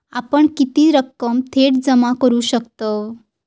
आपण किती रक्कम थेट जमा करू शकतव?